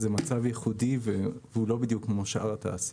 זה מצב ייחודי ולא בדיוק כמו שאר התעשייה.